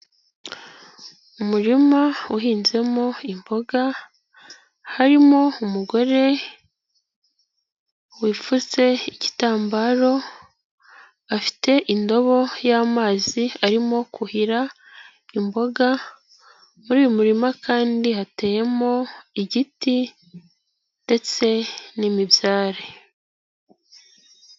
Umurima uhinzemo imboga harimo umugore wipfutse igitambaro, afite indobo y'amazi arimo kuhira imboga, muri uyu murima kandi hateyemo igiti ndetse n'imibyare.